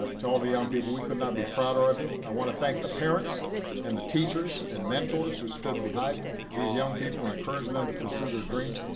ah to all the young people, we could not be prouder of you. i want to thank the parents and the teachers and mentors who stood behind these young people, encouraged them to pursue their dreams.